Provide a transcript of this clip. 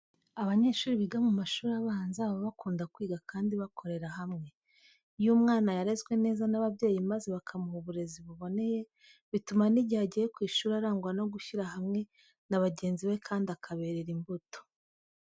Abanyeshuri biga mu mashuri abanza baba bakunda kwiga kandi bakorera hamwe. Iyo umwana yarezwe neza n'ababyeyi maze bakamuha uburezi buboneye bituma n'igihe agiye ku ishuri arangwa no gushyira hamwe na bagenzi be kandi akaberera imbuto.